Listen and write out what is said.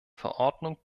verordnung